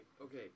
okay